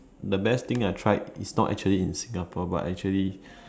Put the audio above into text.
the best thing I tried is not actually in Singapore but actually